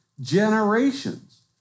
generations